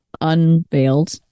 unveiled